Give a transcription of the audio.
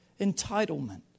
Entitlement